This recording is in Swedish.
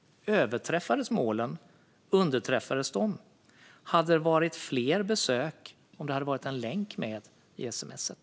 Överträffades målen? Underträffades de? Hade det blivit fler besök om det hade funnits en länk med i sms:et?